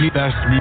best